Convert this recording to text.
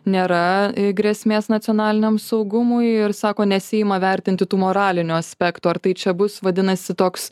nėra grėsmės nacionaliniam saugumui ir sako nesiima vertinti tų moralinių aspektų ar tai čia bus vadinasi toks